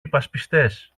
υπασπιστές